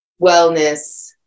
wellness